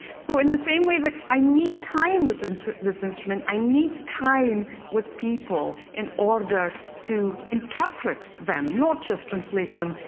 so in the same way that i need time with this instrument, i need time with people in order to interpret them. not just translate them,